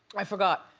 i forgot,